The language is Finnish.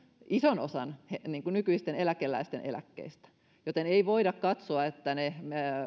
ison osan nykyisten eläkeläisten eläkkeistä joten ei voida katsoa että ne